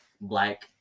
Black